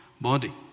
body